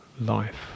life